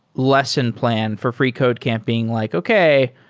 lesson plan for freecodecamping, like, okay.